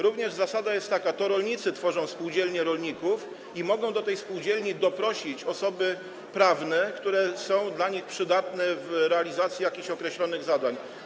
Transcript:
Również zasada jest taka: to rolnicy tworzą spółdzielnie rolników i mogą do tej spółdzielni doprosić osoby prawne, które są dla nich przydatne w realizacji jakichś określonych zadań.